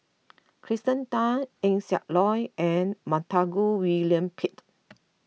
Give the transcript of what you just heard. Kirsten Tan Eng Siak Loy and Montague William Pett